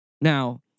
Now